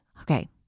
Okay